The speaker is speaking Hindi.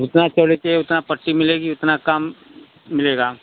जितना चौड़ी चाहिये उतना पट्टी मिलेगी उतना कम मिलेगा